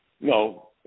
No